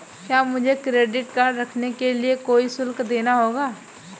क्या मुझे credit card रखने के लिए कोई शुल्क देना होगा?